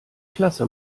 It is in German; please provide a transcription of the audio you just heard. klasse